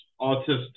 autistic